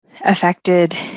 affected